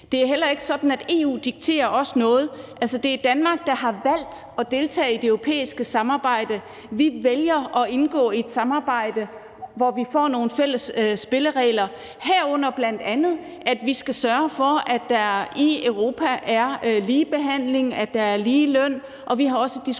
det andet heller ikke sådan, at EU dikterer os noget. Det er Danmark, der har valgt at deltage i det europæiske samarbejde. Vi vælger at indgå i et samarbejde, hvor vi får nogle fælles spilleregler, herunder bl.a. at vi skal sørge for, at der i Europa er ligebehandling, at der er ligeløn, og vi har også diskuteret